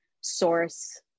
source